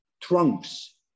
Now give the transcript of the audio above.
trunks